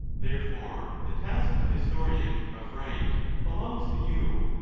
therefore the task of historian of right belongs to you,